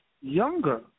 younger